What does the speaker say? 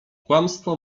kłamstwo